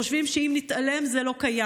חושבים שאם נתעלם, זה לא קיים.